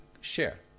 share